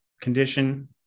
condition